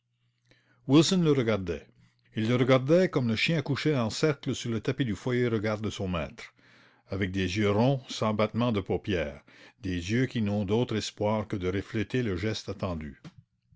wilson le regardait il le regardait comme le chien couché en cercle sur le tapis du foyer regarde son maître avec des yeux ronds sans battements de paupières des yeux qui n'ont d'autre espoir que de refléter le geste attendu